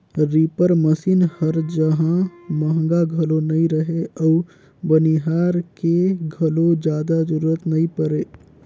reaper machine हर जहां महंगा घलो नई रहें अउ बनिहार के घलो जादा जरूरत नई परे